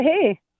Hey